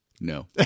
No